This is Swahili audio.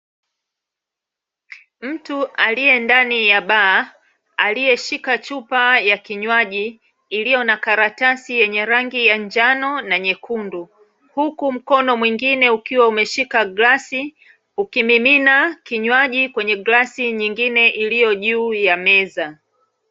Mtu aliye ndani ya bar aliyeshika chupa ya kinywaji iliyo na karatasi yenye rangi ya njano na nyekundu huku mkono mwingine ukiwa umeshika glasi ukimimina kinywaji kwenye glasi nyingine iliyo juu ya meza .